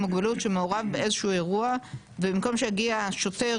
מוגבלות שמעורב באיזשהו אירוע ובמקום שיגיע שוטר